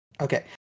Okay